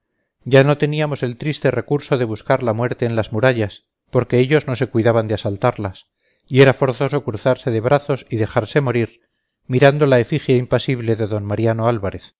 ya no teníamos el triste recurso de buscar la muerte en las murallas porque ellos no se cuidaban de asaltarlas y era forzoso cruzarse de brazos y dejarse morir mirando la efigie impasible de don mariano álvarez